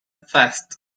fast